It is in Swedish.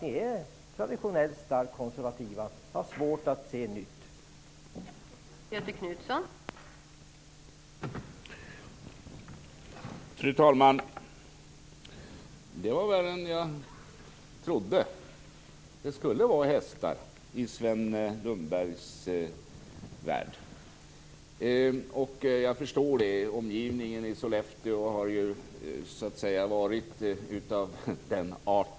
Ni är traditionellt starkt konservativa och har svårt att se nya saker.